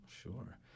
Sure